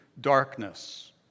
darkness